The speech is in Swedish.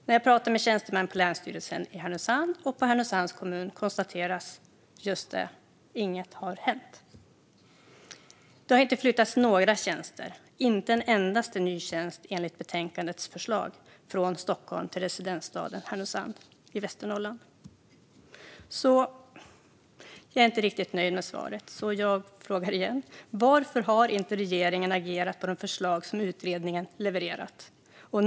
När jag pratar med tjänstemän på länsstyrelsen i Härnösand och på Härnösands kommun konstateras just detta: Inget har hänt. Det har inte flyttats en endaste tjänst i enlighet med betänkandets förslag från Stockholm till Härnösand, residensstad i Västernorrland. Jag är inte riktigt nöjd med svaret, så jag frågar igen: Varför har inte regeringen agerat på de förslag som utredningen levererat?